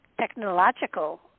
technological